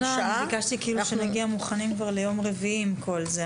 הרשעה --- ביקשתי שנגיע מוכנים ליום רביעי עם כל זה,